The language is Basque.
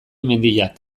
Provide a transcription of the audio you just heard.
mendiak